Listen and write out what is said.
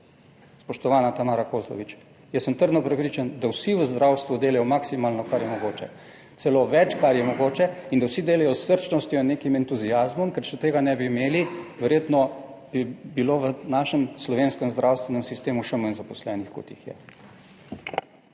spoštovana Tamara Kozlovič, jaz sem trdno prepričan, da vsi v zdravstvu delajo maksimalno, kar je mogoče, celo več, kar je mogoče in da vsi delajo s srčnostjo in nekim entuziazmom, ker če tega ne bi imeli, verjetno bi bilo v našem slovenskem zdravstvenem sistemu še manj zaposlenih, kot jih je.